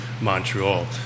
Montreal